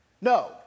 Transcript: No